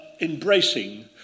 embracing